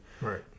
Right